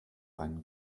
einen